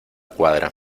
cuadra